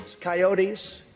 Coyotes